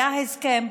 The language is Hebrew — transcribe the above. היה הסכם,